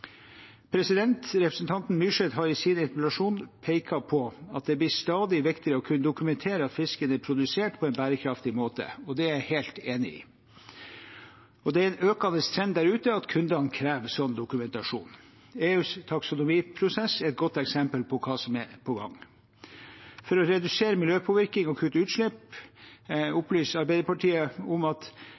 Representanten Myrseth har i sin interpellasjon pekt på at det blir stadig viktigere å kunne dokumentere at fisken er produsert på en bærekraftig måte. Det er jeg helt enig i, og det er en økende trend der ute at kundene krever slik dokumentasjon. EUs taksonomiprosess er et godt eksempel på hva som er på gang. For å redusere miljøpåvirkning og kutte utslipp opplyser Arbeiderpartiet at man vil at